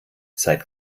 seit